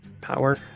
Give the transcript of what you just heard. power